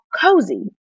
cozy